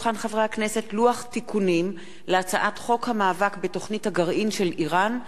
לוח תיקונים להצעת חוק המאבק בתוכנית הגרעין של אירן,